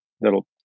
that'll